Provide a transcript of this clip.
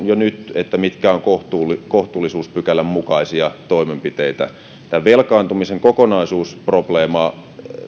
jo nyt käytännössä katsovat mitkä ovat kohtuullisuuspykälän mukaisia toimenpiteitä velkaantumisen kokonaisuusprobleema